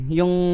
yung